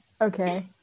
Okay